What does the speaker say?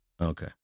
Okay